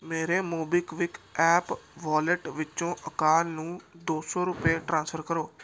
ਮੇਰੇ MobiKwik app wallet ਵਿੱਚੋਂ ਅਕਾਲ ਨੂੰ ਦੋ ਸੌ ਰੁਪਏ ਟ੍ਰਾਂਸਫਰ ਕਰੋ